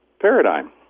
paradigm